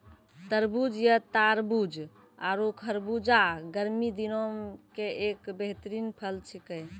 तरबूज या तारबूज आरो खरबूजा गर्मी दिनों के एक बेहतरीन फल छेकै